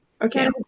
okay